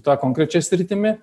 ta konkrečia sritimi